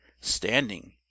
standing